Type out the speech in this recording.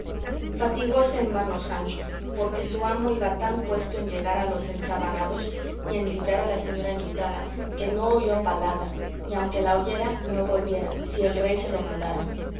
fatigóse en vano sancho porque su amo iba tan puesto en llegar a los ensabanados y en librar a la señora enlutada que no oyó palabra y aunque la oyera no volviera si el rey se lo mandara